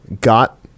got